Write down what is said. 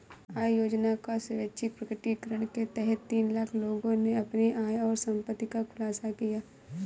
आय योजना का स्वैच्छिक प्रकटीकरण के तहत तीन लाख लोगों ने अपनी आय और संपत्ति का खुलासा किया